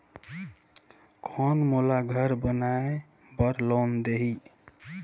कौन मोला घर बनाय बार लोन देही?